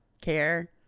care